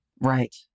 Right